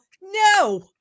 no